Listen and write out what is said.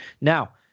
Now